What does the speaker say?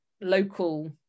local